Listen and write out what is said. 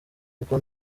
kuko